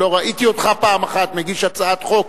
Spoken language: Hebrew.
שלא ראיתי אותך פעם אחת מגיש הצעת חוק,